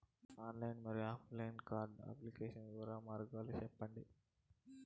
Online మరియు offline card application వివిధ మార్గాలు సెప్పండి?